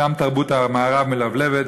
שם תרבות המערב מלבלבת,